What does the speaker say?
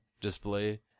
display